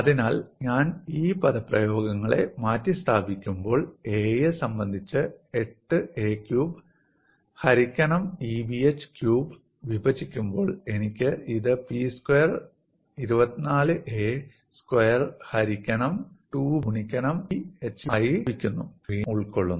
അതിനാൽ ഞാൻ ഈ പദപ്രയോഗങ്ങളെ മാറ്റിസ്ഥാപിക്കുമ്പോൾ aയെ സംബന്ധിച്ചു '8 a ക്യൂബ് ഹരിക്കണം EBh ക്യൂബ്' വിഭജിക്കുമ്പോൾ എനിക്ക് ഇത് പി സ്ക്വയർ 24a സ്ക്വയർ ഹരിക്കണം 2B ഗുണിക്കണം EB h ക്യൂബ് ആയി ലഭിക്കുന്നു കൂടാതെ എക്സ്പ്രഷൻ ഈ രീതിയിൽ വീണ്ടും ഉൾക്കൊള്ളുന്നു